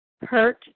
hurt